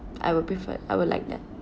I will prefer I would like that